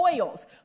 oils